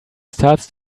starts